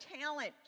talent